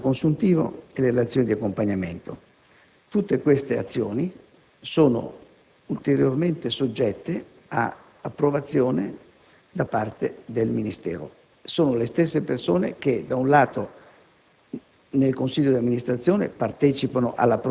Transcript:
attività, il bilancio preventivo, il bilancio consuntivo e le relazioni di accompagnamento. Tutte queste azioni sono poi ulteriormente soggette ad approvazione da parte del Ministero. Pertanto, sono le stesse persone che, da un lato,